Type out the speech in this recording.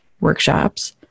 Workshops